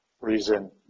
reason